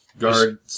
Guard